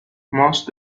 most